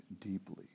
deeply